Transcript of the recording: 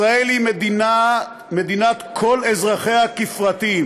ישראל היא מדינת כל אזרחיה כפרטים.